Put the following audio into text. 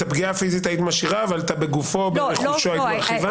את הפגיעה הפיזית היית משאירה אבל את בגופו וברכושו היית מרחיבה?